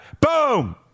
Boom